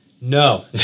No